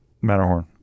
Matterhorn